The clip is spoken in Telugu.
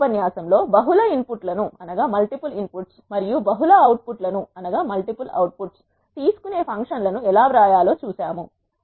ఈ ఉపన్యాసంలో బహుళ ఇన్పుట్లను మరియు బహుళ అవుట్పుట్ లు తీసుకున్న ఫంక్షన్ లను ఎలా వ్రాయాలో చూశాము